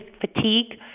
fatigue